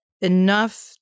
enough